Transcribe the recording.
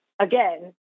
Again